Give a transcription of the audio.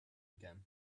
again